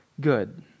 good